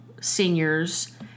seniors